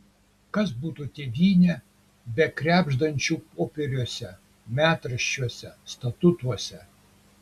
kas būtų tėvynė be krebždančių popieriuose metraščiuose statutuose